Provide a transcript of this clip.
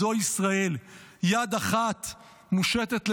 זו ישראל, יד אחת מושטת לשלום,